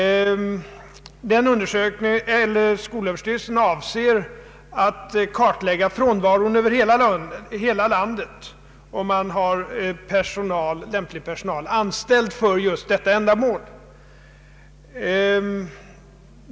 Skolöverstyrelsen avser att kartlägga frånvaron över hela landet och har lämplig personal anställd för just detta ändamål.